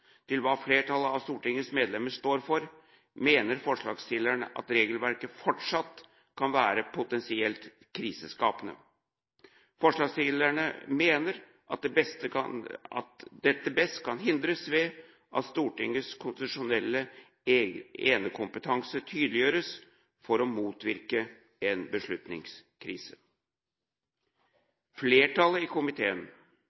til hva flertallet av Stortingets medlemmer står for, mener forslagsstillerne at regelverket fortsatt kan være potensielt kriseskapende. Forslagsstillerne mener at dette best kan hindres ved at Stortingets konstitusjonelle enekompetanse tydeliggjøres for å motvirke en